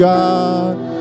God